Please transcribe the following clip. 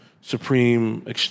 Supreme